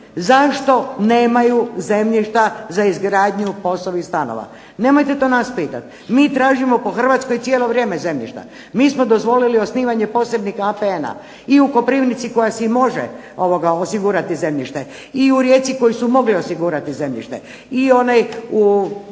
zašto nemaju zemljišta za izgradnju POS-ovih stanova. Nemojte to nas pitati. Mi tražimo po Hrvatskoj cijelo vrijeme zemljišta. Mi smo dozvolili osnivanje posebnih APN-a, i u Koprivnici koja si može osigurati zemljište, i u Rijeci koji su mogli osigurati zemljište, i u ne